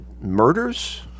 murders